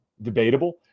debatable